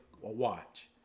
watch